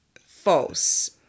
false